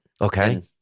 Okay